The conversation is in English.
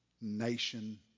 nation